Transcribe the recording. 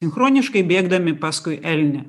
sinchroniškai bėgdami paskui elnią